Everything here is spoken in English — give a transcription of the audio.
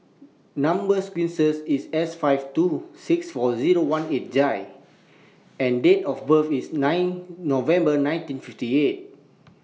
Number sequences IS S five two six four Zero one eight J and Date of birth IS nine November nineteen fifty eight